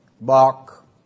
Bach